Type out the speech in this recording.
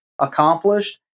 accomplished